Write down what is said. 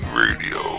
radio